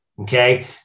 Okay